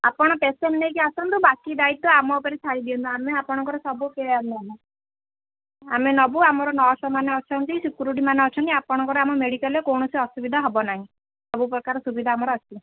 ଆପଣ ପେସେଣ୍ଟ ନେଇକି ଆସନ୍ତୁ ବାକି ଦାୟିତ୍ୱ ଆମ ଉପରେ ଛାଡ଼ିଦିଅନ୍ତୁ ଆମେ ଆପଣଙ୍କର ସବୁ କେୟାର ନମୁ ଆମେ ନବୁ ଆମର ନର୍ସମାନେ ଅଛନ୍ତି ସିକୁ୍ୟରିଟିମାନେ ଅଛନ୍ତି ଆପଣଙ୍କର ଆମ ମେଡ଼ିକାଲ୍ରେ କୌଣସି ଅସୁବିଧା ହେବ ନାହିଁ ସବୁ ପ୍ରକାର ସୁବିଧା ଆମର ଅଛି